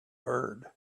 heard